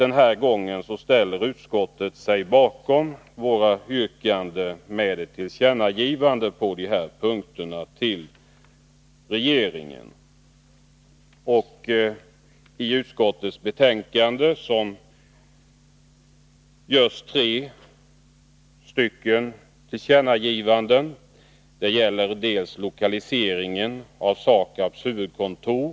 Den här gången ställer utskottet sig bakom våra yrkanden i motion 1041 och föreslår att riksdagen ger regeringen ett tillkännagivande på dessa punkter. Det gäller för det första lokaliseringen av SAKAB:s huvudkontor.